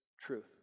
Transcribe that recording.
truth